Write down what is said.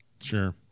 Sure